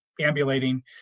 ambulating